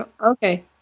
Okay